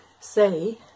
say